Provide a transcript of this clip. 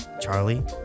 charlie